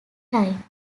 time